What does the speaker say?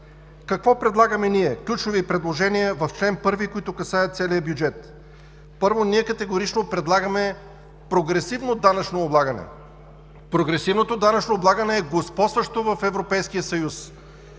Какво предлагаме ние? Ключови предложения в чл. 1, които касаят целия бюджет. Първо, ние категорично предлагаме прогресивно данъчно облагане. Прогресивното данъчно облагане е господстващо в Европейския съюз.